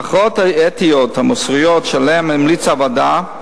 ההכרעות האתיות המוסריות שעליהן המליצה הוועדה,